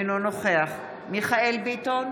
אינו נוכח מיכאל מרדכי ביטון,